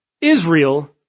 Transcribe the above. Israel